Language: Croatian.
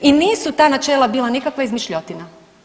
I nisu ta načela bila nikakva izmišljotina.